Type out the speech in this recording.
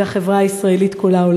והחברה הישראלית כולה,